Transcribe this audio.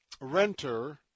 renter